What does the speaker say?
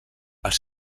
els